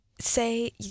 say